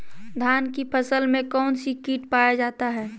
धान की फसल में कौन सी किट पाया जाता है?